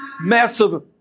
massive